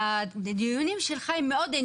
את לא אוהבת לשמוע.